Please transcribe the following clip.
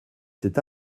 cet